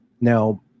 Now